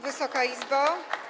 Wysoka Izbo!